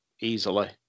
easily